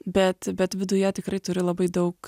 bet bet viduje tikrai turi labai daug